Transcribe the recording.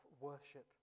worship